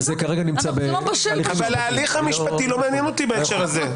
אבל ההליך המשפטי לא מעניין אותי בהקשר הזה.